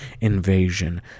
invasion